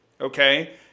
okay